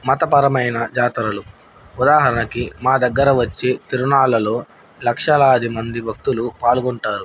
మతపరమైన జాతరలు ఉదాహరణకి మా దగ్గర వచ్చి తిరుణాలలో లక్షాలాది మంది భక్తులు పాల్గొంటారు